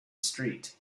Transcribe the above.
street